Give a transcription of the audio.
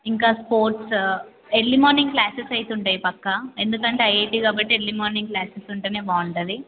ఇంకా sports early morning classes అయితే ఉంటాయి పక్కా ఎందుకంటే ఐఐటీ కాబట్టి ఎర్లీ మార్నింగ్ క్లాసెస్ ఉంటేనే బాగుంటుంది